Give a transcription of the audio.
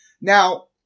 Now